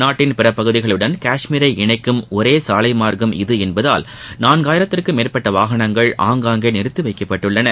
நாட்டின் பிற பகுதிகளுடன் கஷ்மீரை இணைக்கும் ஒரே சாலை மார்க்கம் இது என்பதால் நான்காயிரத்திற்கும் மேற்பட்ட வாகனங்கள் ஆங்காங்கே நிறுத்தி வைக்கப்பட்டுள்ளன